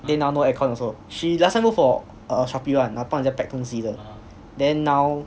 then now no air con also she last time work for err Shopee then 帮人家 pack 东西的 then now